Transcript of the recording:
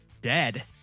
dead